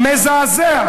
מזעזע.